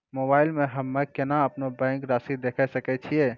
Mobile मे हम्मय केना अपनो बैंक रासि देखय सकय छियै?